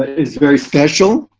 is very special.